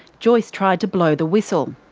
joyce tried to blow the whistle.